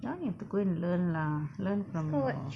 that one you have to go and learn lah learn from your